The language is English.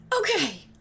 Okay